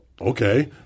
Okay